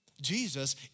Jesus